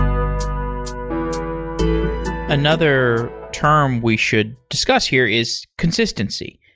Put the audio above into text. um another term we should discuss here is consistency.